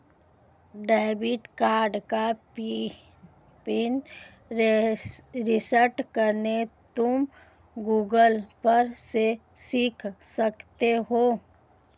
debit card का PIN reset करना तुम गूगल पर से सीख सकते हो